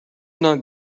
not